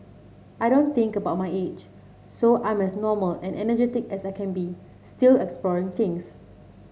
I don't think about my age so I'm as normal and energetic as I can be still exploring things